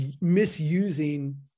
misusing